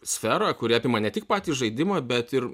sferą kuri apima ne tik patį žaidimą bet ir